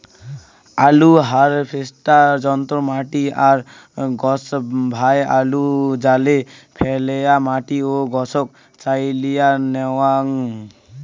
আলু হারভেস্টার যন্ত্র মাটি আর গছভায় আলুক জালে ফ্যালেয়া মাটি ও গছক চাইলিয়া ন্যাওয়াং